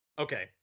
Okay